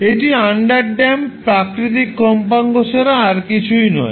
এটি আন্ড্যাম্পড প্রাকৃতিক কম্পাঙ্ক ছাড়া আর কিছুই নয়